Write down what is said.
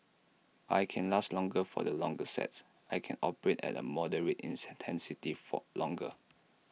I can last longer for the longer sets I can operate at A moderate intensity for longer